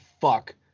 fuck